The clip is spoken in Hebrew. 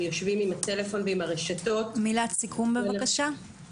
יושבים עם הטלפון ועם הרשתות --- מילת סיכום בבקשה.